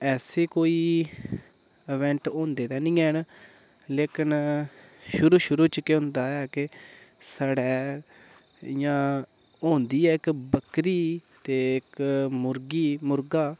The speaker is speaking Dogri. ऐसे कोई इवेन्ट होंदे ते नि हैन लेकिन शुरू शुरू च केह् होंदा के साढ़ै इ'यां होंदी ऐ इक बक्करी ते इक मुर्गी ते मुर्गा